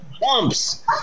bumps